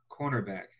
cornerback